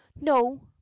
no